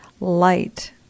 light